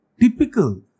typical